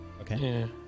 Okay